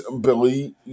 Billy